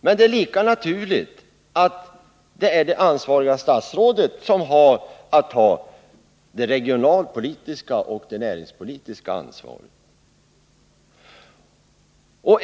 Men det är lika naturligt att det ansvariga statsrådet skall ta det regionalpolitiska och det näringspolitiska ansvaret.